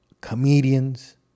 comedians